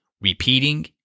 repeating